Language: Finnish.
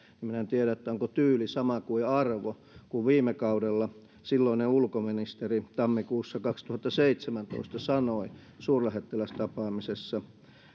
minä en tiedä onko tyyli sama kuin arvo kun viime kaudella silloinen ulkoministeri elikkä ulkoministeri soini tammikuussa kaksituhattaseitsemäntoista sanoi suurlähettilästapaamisessa